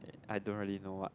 I don't really know what